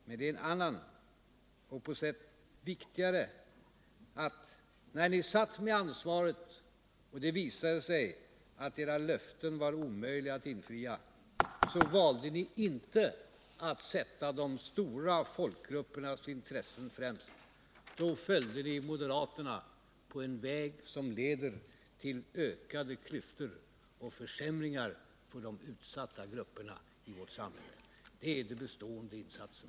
Men det är en annan och på sikt viktigare sak att när ni satt med ansvaret och det visade sig att era löften var omöjliga att infria, valde ni inte att sätta de stora folkgruppernas intressen främst. Då följde ni moderaterna på en väg som leder till ökade klyftor och försämringar för de utsatta grupperna i vårt samhälle. Det är den bestående insatsen.